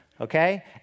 okay